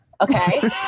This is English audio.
Okay